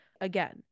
again